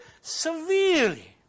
severely